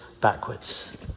backwards